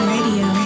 Radio